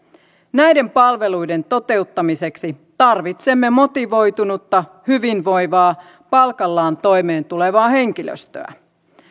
näiden palveluiden toteuttamiseksi tarvitsemme motivoitunutta hyvinvoivaa palkallaan toimeen tulevaa henkilöstöä